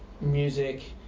music